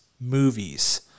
movies